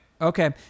Okay